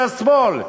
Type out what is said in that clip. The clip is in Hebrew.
של השמאל,